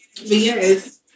yes